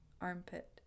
armpit